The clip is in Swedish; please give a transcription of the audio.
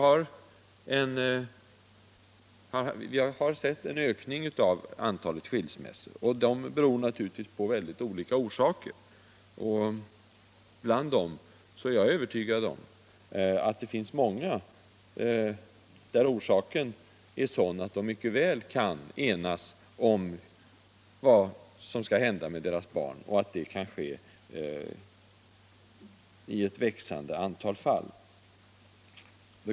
Antalet skilsmässor har ökat, och de har självfallet många olika orsaker. Men jag är övertygad om att det finns många fall där föräldrarna mycket väl kan enas om vad som skall hända med deras barn och att detta kan ske i ett växande antal fall.